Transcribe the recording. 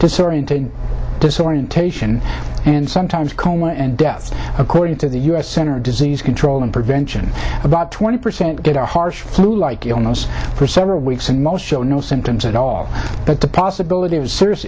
disorientation disorientation and sometimes coma and death according to the u s centers for disease control and prevention about twenty percent get a harsh flu like illness for several weeks and most show no symptoms at all but the possibility of serious